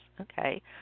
Okay